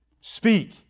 Speak